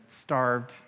starved